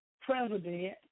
president